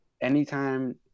anytime